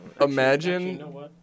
Imagine